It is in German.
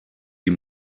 die